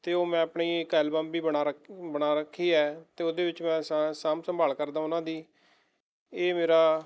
ਅਤੇ ਉਹ ਮੈਂ ਆਪਣੀ ਇੱਕ ਐਲਬਮ ਵੀ ਬਣਾ ਰੱ ਬਣਾ ਰੱਖੀ ਹੈ ਅਤੇ ਉਹਦੇ ਵਿੱਚ ਮੈਂ ਸਾ ਸਾਂਭ ਸੰਭਾਲ ਕਰਦਾਂ ਉਹਨਾਂ ਦੀ ਇਹ ਮੇਰਾ